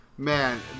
Man